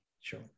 Sure